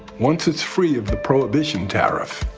once it's free of the prohibition tariff,